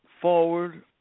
forward